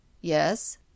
yes